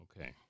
Okay